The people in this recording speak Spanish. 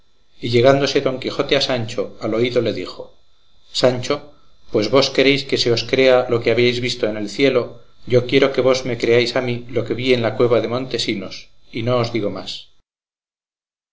los viviera y llegándose don quijote a sancho al oído le dijo sancho pues vos queréis que se os crea lo que habéis visto en el cielo yo quiero que vos me creáis a mí lo que vi en la cueva de montesinos y no os digo más